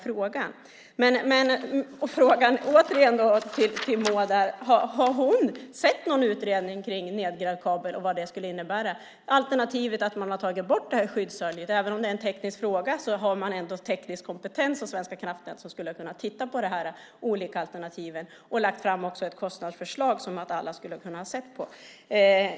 Frågan är återigen: Har Maud Olofsson sett någon utredning kring nedgrävd kabel och vad det skulle innebära - alternativt att man har tagit bort det här skyddshöljet? Även om det är en teknisk fråga så har man ändå teknisk kompetens hos Svenska kraftnät. De hade kunnat titta på de olika alternativen och lägga fram ett kostnadsförslag som alla hade kunnat titta på.